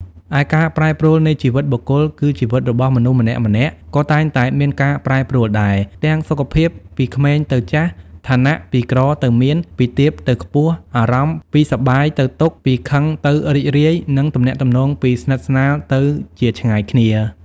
ឯ ការប្រែប្រួលនៃជីវិតបុគ្គល គឺជីវិតរបស់មនុស្សម្នាក់ៗក៏តែងតែមានការប្រែប្រួលដែរ ទាំងសុខភាព ពីក្មេងទៅចាស់ ឋានៈ ពីក្រទៅមាន ពីទាបទៅខ្ពស់ អារម្មណ៍ ពីសប្បាយទៅទុក្ខ ពីខឹងទៅរីករាយ និងទំនាក់ទំនង ពីស្និទ្ធស្នាលទៅជាឆ្ងាយគ្នា។